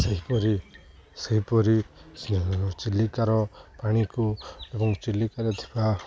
ସେହିପରି ସେହିପରି ଚିଲିକାର ପାଣିକୁ ଏବଂ ଚିଲିକାରେ ଥିବା